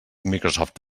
microsoft